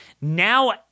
Now